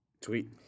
Tweet